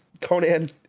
Conan